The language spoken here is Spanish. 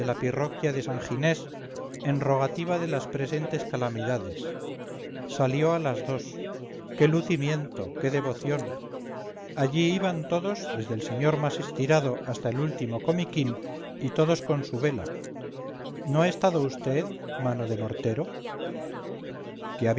de san ginés en rogativa de las presentes calamidades salió a las dos qué lucimiento qué devoción allí iban todos desde el señor más estirado hasta el último comiquín y todos con su vela no ha estado vd mano de mortero